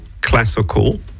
classical